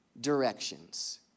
directions